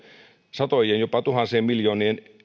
satojen jopa tuhansien miljoonien